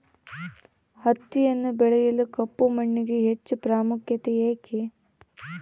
ಹತ್ತಿಯನ್ನು ಬೆಳೆಯಲು ಕಪ್ಪು ಮಣ್ಣಿಗೆ ಹೆಚ್ಚು ಪ್ರಾಮುಖ್ಯತೆ ಏಕೆ?